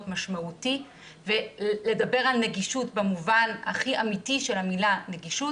משמעותי ולדבר על נגישות במובן הכי אמיתי של המילה נגישות,